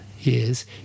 years